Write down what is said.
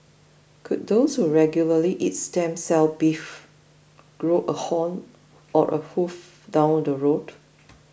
could those who regularly eat stem cell beef grow a horn or a hoof down the road